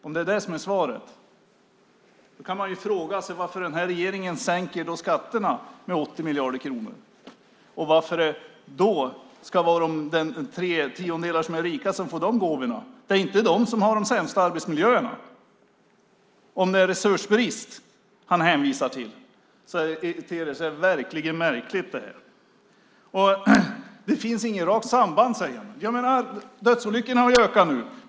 Om det är svaret kan man fråga sig varför den här regeringen sänker skatterna med 80 miljarder kronor och varför det ska vara de tre tiondelar som är rikast som får de gåvorna. Det är inte de som har de sämsta arbetsmiljöerna. Om det är resursbrist ministern hänvisar till ter detta sig verkligen märkligt. Ministern säger att det inte finns något rakt samband. Men dödsolyckorna har ju ökat.